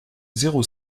zéro